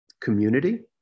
community